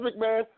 McMahon